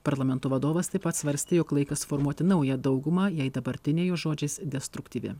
parlamento vadovas taip pat svarstė jog laikas formuoti naują daugumą jei dabartinė jo žodžiais destruktyvi